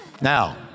Now